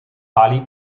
pali